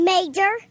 Major